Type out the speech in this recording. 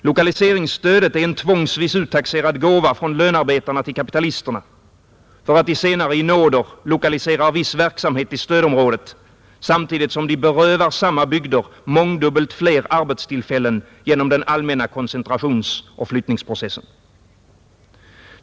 Lokaliseringsstödet är en tvångsvis uttaxerad gåva från lönarbetarna till kapitalisterna för att de senare i nåder lokaliserar viss verksamhet till stödområdet, samtidigt som de berövar samma bygder mångdubbelt fler arbetstillfällen genom den allmänna koncentrationsoch flyttningsprocessen.